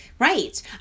Right